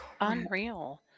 unreal